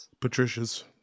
Patricias